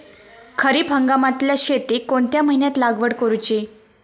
खरीप हंगामातल्या शेतीक कोणत्या महिन्यात लागवड करूची?